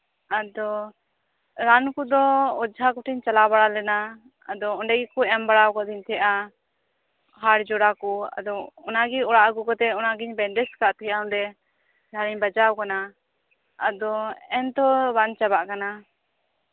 ᱟᱫᱚ ᱨᱟᱱ ᱠᱚᱫᱚ ᱚᱡᱷᱟ ᱠᱚᱴᱷᱮᱱᱤᱧ ᱪᱟᱞᱟᱣ ᱵᱟᱲᱟ ᱞᱮᱱᱟ ᱟᱫᱚ ᱚᱱᱰᱮ ᱜᱮᱠᱚ ᱮᱢ ᱵᱟᱲᱟ ᱠᱟᱫᱤᱧᱟ ᱦᱟᱞᱡᱚᱲᱟ ᱠᱚ ᱟᱫᱚ ᱚᱱᱟᱜᱮ ᱚᱲᱟᱜ ᱟᱹᱜᱩ ᱠᱟᱛᱮᱜ ᱵᱮᱱᱰᱮᱡ ᱠᱟᱜ ᱛᱤᱧᱟ ᱚᱰᱮ ᱡᱟᱸᱦᱟᱨᱤᱧ ᱵᱟᱡᱟᱣ ᱠᱟᱱᱟ ᱟᱫᱚ ᱮᱱᱛᱚ ᱵᱟᱝ ᱪᱟᱵᱟᱜ ᱠᱟᱱᱟ